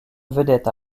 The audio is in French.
vedette